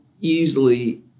easily